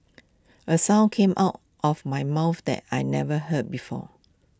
A sound came out of my mouth that I never heard before